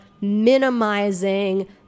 minimizing